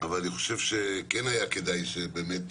אבל אני חושב שכן היה כדאי שבאמת,